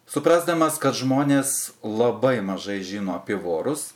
suprasdamas kad žmonės labai mažai žino apie vorus